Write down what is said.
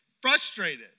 frustrated